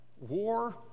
war